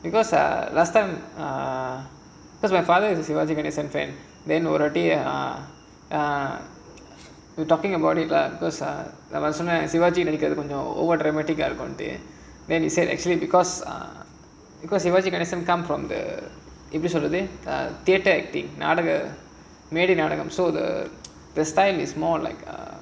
because ah last time ah because my father you to say sivaji ganesan fan we are talking about it lah because ah Sivaji நடிக்கிறது கொஞ்சம்:sivaji nadikkurathu konjam then he said actually because sivaji ganesan come from the எப்படி சொல்றது மேடை நாடகம்:epdi solrathu medai naadagam so the the style is more like a